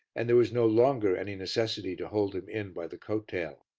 and there was no longer any necessity to hold him in by the coat-tail.